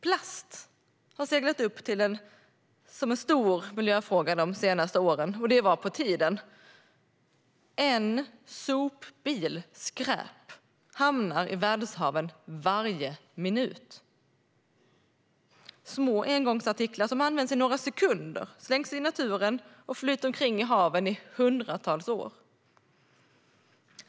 Plast har seglat upp som en stor miljöfråga de senaste åren. Det var på tiden. En sopbil skräp hamnar i världshaven varje minut. Små engångsartiklar som används i några sekunder slängs i naturen och flyter omkring i haven i hundratals år.